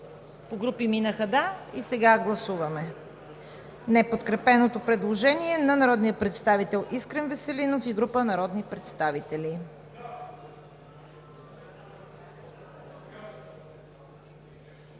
Подлагам на гласуване неподкрепеното предложение на народните представители Искрен Веселинов и група народни представители.